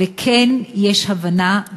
וכן יש הבנה,